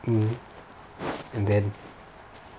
mmhmm and then